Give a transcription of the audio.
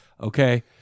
Okay